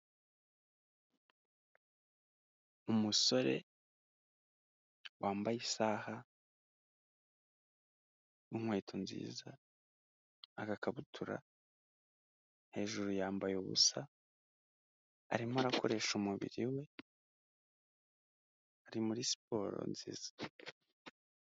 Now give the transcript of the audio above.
Umusore wambaye isaha n'inkweto nziza, agakabutura, hejuru yambaye ubusa arimo arakoresha umubiri we, ari muri siporo nziza.